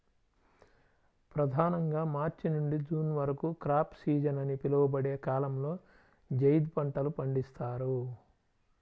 ప్రధానంగా మార్చి నుండి జూన్ వరకు క్రాప్ సీజన్ అని పిలువబడే కాలంలో జైద్ పంటలు పండిస్తారు